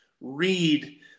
read